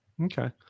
Okay